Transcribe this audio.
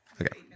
Okay